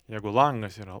jeigu langas yra